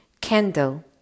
candle